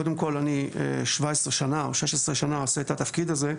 קודם כל אני שבע עשרה שנה או שש עשרה שנה עושה את התפקיד הזה.